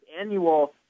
annual